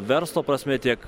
verslo prasme tiek